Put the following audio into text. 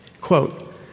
Quote